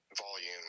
volume